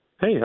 Hey